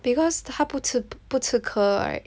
because 它不吃不吃 curl right